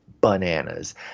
bananas